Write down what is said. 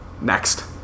Next